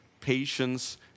patience